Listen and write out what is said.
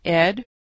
Ed